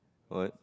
what